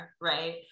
right